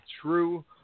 true